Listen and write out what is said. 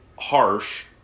harsh